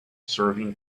serving